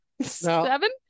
seven